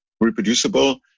reproducible